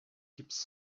keeps